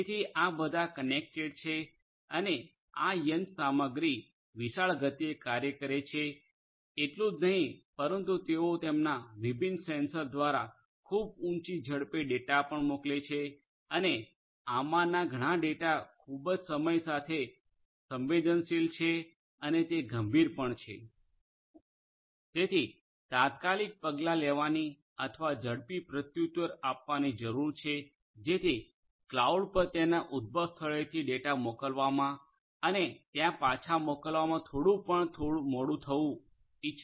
તેથી આ બધા કનેક્ટેડ છે અને આ યંત્રસામગ્રી વિશાળ ગતિએ કાર્ય છે એટલું જ નહીં પરંતુ તેઓ તેમના વિભિન્ન સેન્સર દ્વારા ખૂબ ઉચી ઝડપે ડેટા પણ મોકલે છે અને આમાંના ઘણા ડેટા ખૂબ સમય સાથે સંવેદનશીલ છે અને તે ગંભીર પણ છે